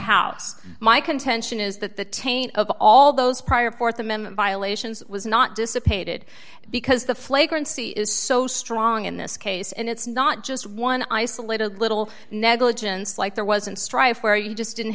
house my contention is that the taint of all those prior th amendment violations was not dissipated because the flagrant c is so strong in this case and it's not just one isolated little negligence like there wasn't strife where you just didn't